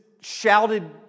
shouted